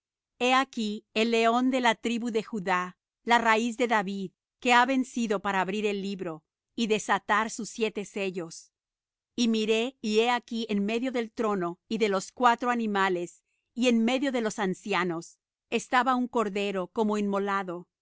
he aquí el león de la tribu de judá la raíz de david que ha vencido para abrir el libro y desatar sus siete sellos y miré y he aquí en medio del trono y de los cuatro animales y en medio de los ancianos estaba un cordero como inmolado